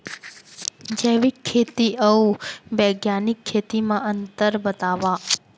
जैविक खेती अऊ बैग्यानिक खेती म अंतर बतावा?